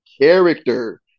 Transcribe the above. character